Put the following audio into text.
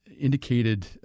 indicated